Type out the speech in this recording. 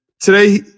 today